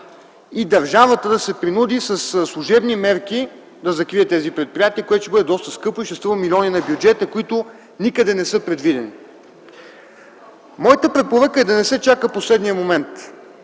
държавата се принуди със служебни мерки да закрие тези предприятия, което ще бъде доста скъпо, ще струва милиони левове на бюджета, които никъде не са предвидени. Моята препоръка е да не се чака последният момент,